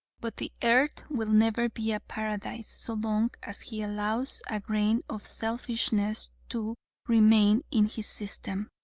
but the earth will never be a paradise, so long as he allows a grain of selfishness to remain in his system.